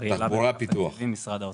תחבורה ופיתוח.